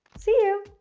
see you!